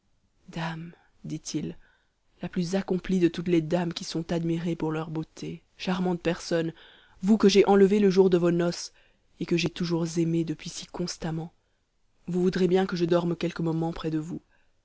dame dit-il la plus accomplie de toutes les dames qui sont admirées pour leur beauté charmante personne vous que j'ai enlevée le jour de vos noces et que j'ai toujours aimée depuis si constamment vous voudrez bien que je dorme quelques moments près de vous